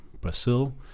Brazil